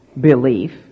belief